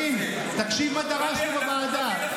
תמתין תקשיב מה דרשנו בוועדה.